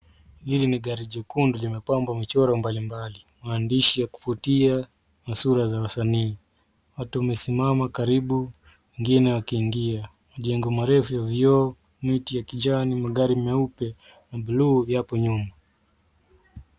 Hili ni gari jekundu limepambwa michoro mbalimbali na maandishi ya kuvutia na sura za wasanii. Watu wamesimama karibu wengine wakiingia. Majengo marefu ya vioo, miti ya kijani, magari meupe na buluu yapo nyuma.